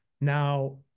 Now